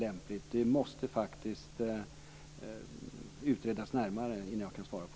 Frågan måste utredas närmare innan jag kan svara.